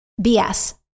BS